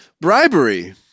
bribery